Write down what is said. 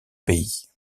pays